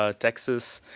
ah texas,